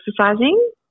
exercising